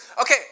Okay